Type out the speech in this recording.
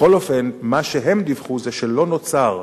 בכל אופן, מה שהם דיווחו זה שלא נוצר,